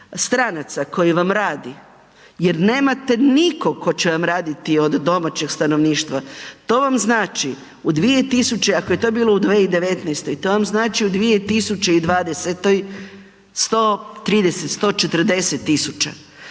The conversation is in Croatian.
stranaca koji vam radi jer nemate nikog tko će vam raditi od domaćeg stanovništva. To vam znači, u 2000, ako je to bilo 2019. to vam